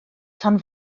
tan